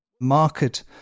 market